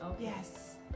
yes